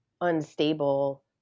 unstable